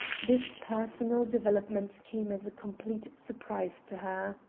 this personal development came as a complete surprise to her.